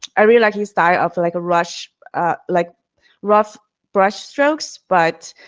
i really like his style off like a rush like rough brush strokes, but